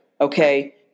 Okay